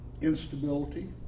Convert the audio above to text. Instability